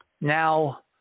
Now